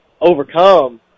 overcome